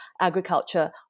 agriculture